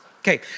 Okay